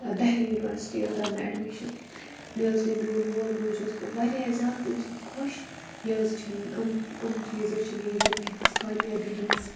Delhi university حظ درٛاو مےٚ ایٚڈمِشَن مےٚ حظ گٔے میون مول موج حظ گوٚو واریاہ زیادٕ تمہِ ساتہٕ خۄش یہِ حظ چھُ میٲنۍ یِم یِم چیٖز حظ چھِ میٲنۍ زندگی ہٕنٛز کامیٲبی ہٕنٛز